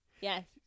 Yes